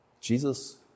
Jesus